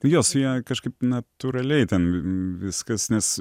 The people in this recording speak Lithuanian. jos jie kažkaip natūraliai ten viskas nes